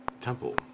temple